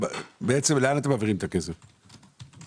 בתוכנית 181102,